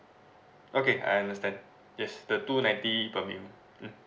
okay I understand yes the two ninety per meal mm